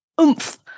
oomph